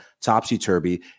topsy-turvy